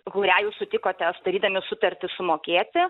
kurią jūs sutikote sudarydami sutartį sumokėti